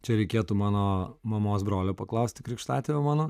čia reikėtų mano mamos brolio paklausti krikštatėvio mano